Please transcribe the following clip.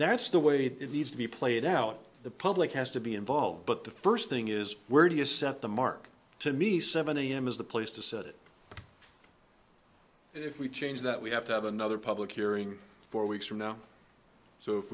that's the way that it needs to be played out the public has to be involved but the first thing is where do you set the mark to me seventy m is the place to sit if we change that we have to have another public hearing four weeks from now so if